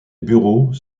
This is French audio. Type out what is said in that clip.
bureaux